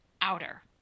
outer